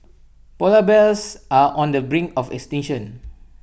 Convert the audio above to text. Polar Bears are on the brink of extinction